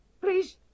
Please